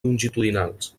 longitudinals